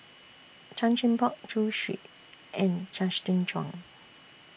Chan Chin Bock Zhu Xu and Justin Zhuang